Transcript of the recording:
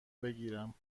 بگیرم